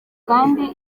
kandi